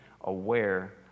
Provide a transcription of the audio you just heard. aware